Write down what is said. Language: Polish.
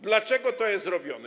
Dlaczego to jest robione?